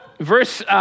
verse